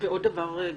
עוד דבר ברשותך,